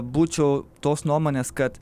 būčiau tos nuomonės kad